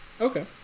okay